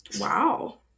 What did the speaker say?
Wow